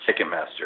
Ticketmaster